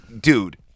Dude